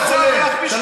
חוץ מלצעוק,